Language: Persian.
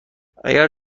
اگه